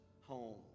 home